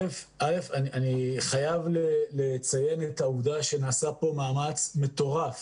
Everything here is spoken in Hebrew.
אני חייב לציין את העובדה שנעשה כאן מאמץ מטורף